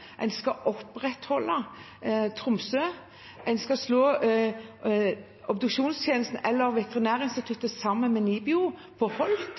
En skal opprettholde Tromsø, en skal slå Veterinærinstituttet sammen med NIBIO på